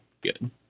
Good